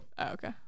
Okay